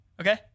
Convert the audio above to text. okay